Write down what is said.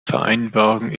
vereinbarung